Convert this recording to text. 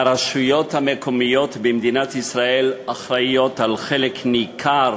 הרשויות המקומיות במדינת ישראל אחראיות לחלק ניכר